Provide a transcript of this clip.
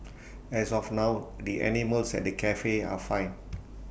as of now the animals at the Cafe are fine